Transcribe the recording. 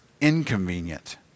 inconvenient